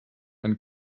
and